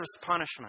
punishment